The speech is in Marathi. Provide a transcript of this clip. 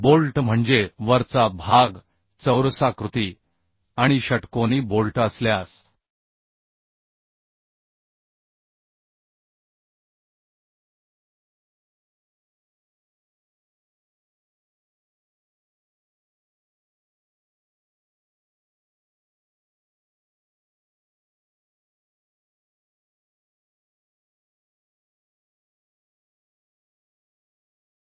बोल्ट म्हणजे वरचा भाग चौरसाकृती आणि षटकोनी बोल्ट असल्यास हे षटकोनी बोल्टचे एक वैशिष्ट्यपूर्ण उदाहरण आहे जर आपण येथे पाहिले तर आपल्याला दिसेल की त्यात तो आहे